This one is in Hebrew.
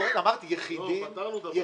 לא, פתרנו את הבעיה.